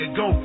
go